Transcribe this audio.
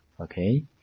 okay